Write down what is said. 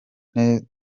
ituze